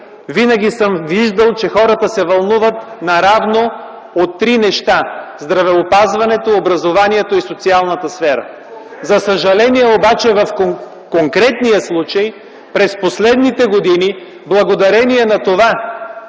винаги съм виждал, че хората се вълнуват наравно от три неща – здравеопазването, образованието и социалната сфера. За съжаление обаче в конкретния случай през последните години, благодарение на това,